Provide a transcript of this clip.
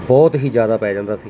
ਬਹੁਤ ਹੀ ਜ਼ਿਆਦਾ ਪੈ ਜਾਂਦਾ ਸੀ